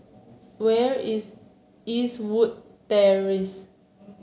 where is Eastwood Terrace